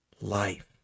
life